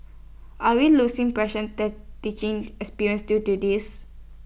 are we losing precious teaching experience due to this